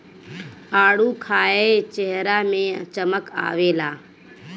आडू खाए चेहरा में चमक आवेला